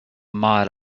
mile